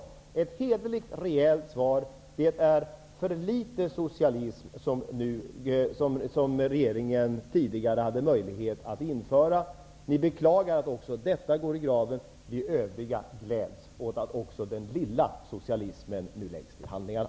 Det var ett hederligt och rejält svar: Det var för litet socialism som den tidigare regeringen hade möjlighet att införa. Ni beklagar att också detta går i graven. Vi övriga gläds åt att också den lilla socialismen nu läggs till handlingarna.